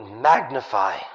magnify